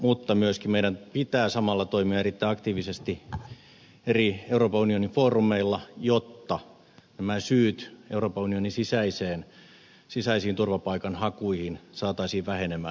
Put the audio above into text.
mutta myöskin meidän pitää samalla toimia erittäin aktiivisesti eri euroopan unionin foorumeilla jotta nämä syyt euroopan unionin sisäisiin turvapaikanhakuihin saataisiin vähenemään